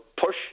push